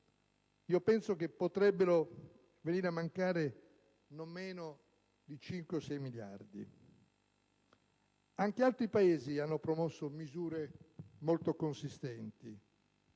Penso che potrebbero venire a mancare non meno di 5 o 6 miliardi di euro. Anche altri Paesi hanno promosso misure molto consistenti: